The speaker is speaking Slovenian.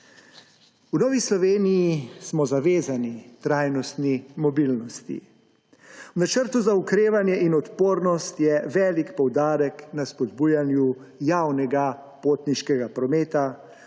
V Novi Sloveniji smo zavezani k trajnostni mobilnosti. V Načrtu za okrevanje in odpornost je velik poudarek na spodbujanju javnega potniškega prometa,